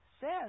says